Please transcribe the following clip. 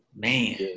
Man